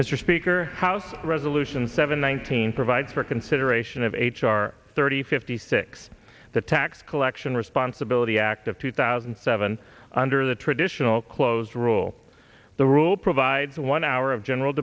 mr speaker house resolution seven nineteen provides for consideration of h r thirty fifty six the tax collection responsibility act of two thousand and seven under the traditional clothes rule the rule provides one hour of general